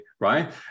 right